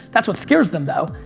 that's what scares them, though.